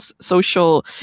social